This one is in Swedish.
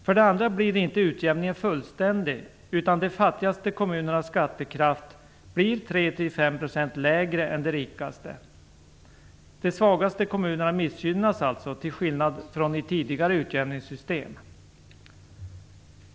För det andra blir inte utjämningen fullständig, utan de fattigaste kommunernas skattekraft blir 3-5 % lägre än de rikaste. De svagaste kommunerna missgynnas alltså till skillnad från i tidigare utjämningssystem.